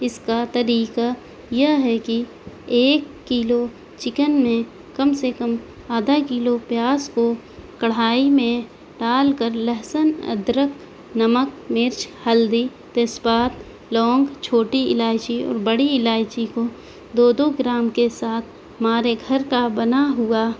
اس کا طریقہ یہ ہے کہ ایک کیلو چکن میں کم سے کم آدھا کیلو پیاز کو کڑھائی میں ڈال کر لہسن ادرک نمک مرچ ہلدی تیز پات لونگ چھوٹی الائچی اور بڑی الائچی کو دو دو گرام کے ساتھ ہمارے گھر کا بنا ہوا